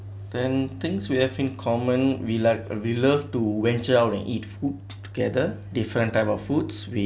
ten things we have in common we like we love to venture out and eat food together different type of foods we